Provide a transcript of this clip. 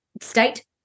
state